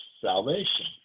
salvation